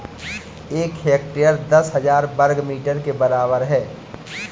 एक हेक्टेयर दस हजार वर्ग मीटर के बराबर है